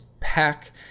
pack